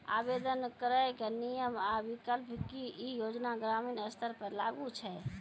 आवेदन करैक नियम आ विकल्प? की ई योजना ग्रामीण स्तर पर लागू छै?